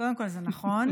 קודם כול, זה נכון.